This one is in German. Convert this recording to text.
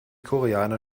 koreaner